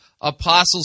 apostles